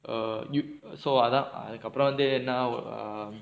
err அதான் அதுக்கு அப்புறம் வந்து என்னாகும்:athaan athukku appuram vanthu ennaagum